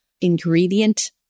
ingredient